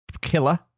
killer